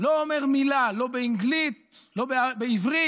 לא אומר מילה, לא באנגלית ולא בעברית.